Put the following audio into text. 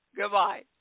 Goodbye